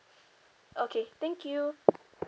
okay thank you